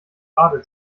gerade